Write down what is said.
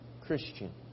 Christian